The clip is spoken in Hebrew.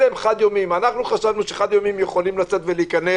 אנחנו חשבנו שחד יומיים יכולים לצאת ולהיכנס